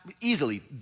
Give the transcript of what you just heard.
easily